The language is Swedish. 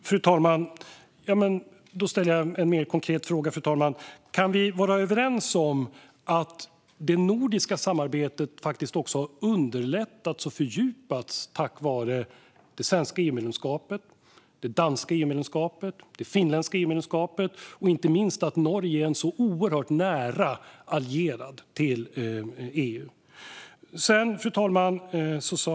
Fru talman! Då ställer jag en mer konkret fråga. Kan vi vara överens om att det nordiska samarbetet faktiskt också har underlättats och fördjupats tack vare det svenska EU-medlemskapet, det danska EU-medlemskapet, det finländska EU-medlemskapet och inte minst tack vare att Norge är en så oerhört nära allierad till EU? Fru talman!